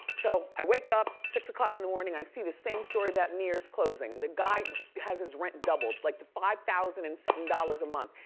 so i wake up, six o'clock in the morning, i see this same story about neir's closing. the guy has his rent doubled, like to five thousand and something dollars a month.